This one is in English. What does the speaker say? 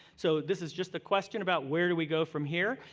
so this is just a question about where do we go from here.